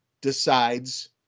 decides